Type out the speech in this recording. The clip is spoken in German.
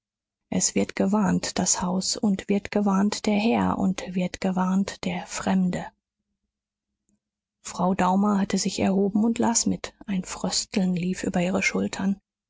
es wird gewarnt das haus und wird gewarnt der herr und wird gewarnt der fremde frau daumer hatte sich erhoben und las mit ein frösteln lief über ihre schultern